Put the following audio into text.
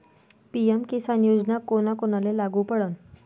PM Kisan योजना कोना कोनाले लागू पडन?